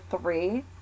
three